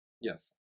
Yes